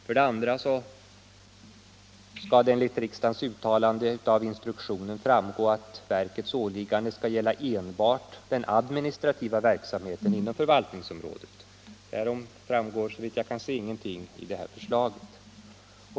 För det andra skall enligt riksdagens uttalande det av instruktionen framgå att verkets åligganden skall gälla enbart den administrativa verksamheten inom förvaltningsområdet. Härom står, såvitt jag kan se, ingenting i detta förslaget.